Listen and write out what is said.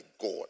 God